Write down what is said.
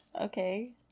Okay